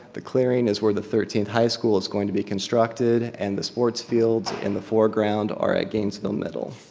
the clearing is where the thirteenth high school is going to be constructed and the sports fields and the foreground are at gainesville middle.